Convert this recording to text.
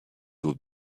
would